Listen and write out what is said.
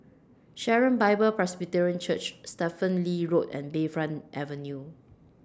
Sharon Bible Presbyterian Church Stephen Lee Road and Bayfront Avenue